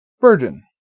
virgin